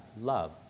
love